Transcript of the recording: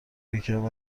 یکم